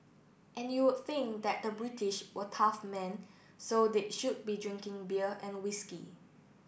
and you would think that the British were tough men so they should be drinking beer and whisky